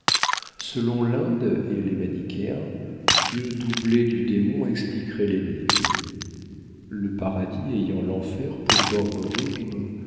chiens selon l'inde et les manichéens dieu doublé du démon expliquerait l'énigme le paradis ayant l'enfer pour